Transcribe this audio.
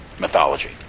mythology